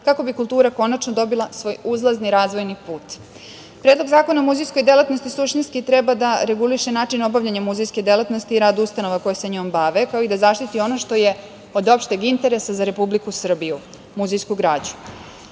kako bi kultura konačno dobila svoj uzlazni razvojni put. Predlog Zakona o muzejskoj delatnosti suštinski treba da reguliše način obavljanja muzejske delatnosti i rad ustanova koje se njom bave, kao i da zaštiti ono što je od opšteg interesa za Republiku Srbiju, muzejsku građu. Pre